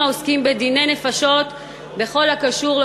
התשע"ג 2013,